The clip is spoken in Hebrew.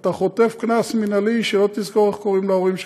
אתה חוטף קנס מינהלי שלא תזכור יותר איך קוראים להורים שלך.